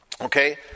okay